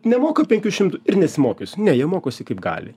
nemoka penkių šimtų ir nesimokysiu ne jie mokosi kaip gali